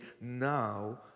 now